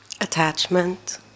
Attachment